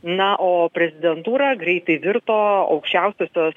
na o prezidentūra greitai virto aukščiausiosios